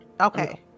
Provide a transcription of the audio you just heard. Okay